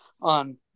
on